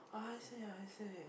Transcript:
I see I see